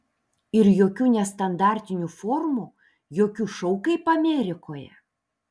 ir jokių nestandartinių formų jokių šou kaip amerikoje